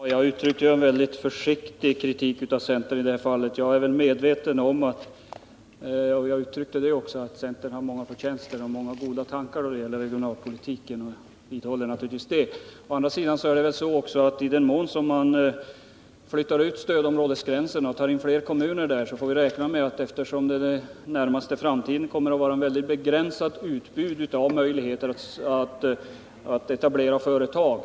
Herr talman! Jag uttryckte i det här fallet en mycket försiktig kritik av centern. Jag uttryckte också att centern har många förtjänster och goda tankar när det gäller regionalpolitiken, vilket jag naturligtvis vidhåller. Å andra sidan är det väl så att i den mån man flyttar ut stödområdesgränserna och tar in flera kommuner där får vi också räkna med att det i den allra närmaste framtiden kommer att vara ett mycket begränsat utbud av möjligheter att etablera företag.